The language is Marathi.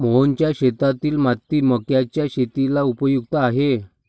मोहनच्या शेतातील माती मक्याच्या शेतीला उपयुक्त आहे